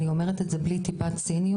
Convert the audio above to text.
ואני אומרת את זה בלי טיפת ציניות,